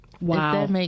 Wow